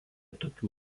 tokių